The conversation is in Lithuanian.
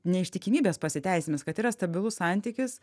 neištikimybės pasiteisinimas kad yra stabilus santykis